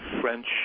French